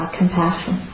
compassion